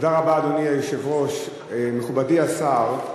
תודה רבה, אדוני היושב-ראש, מכובדי השר,